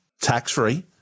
tax-free